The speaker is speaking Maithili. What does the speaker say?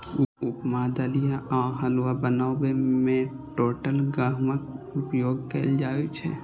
उपमा, दलिया आ हलुआ बनाबै मे टूटल गहूमक उपयोग कैल जाइ छै